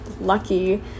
lucky